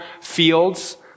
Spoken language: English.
fields